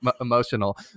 emotional